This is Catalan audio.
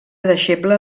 deixeble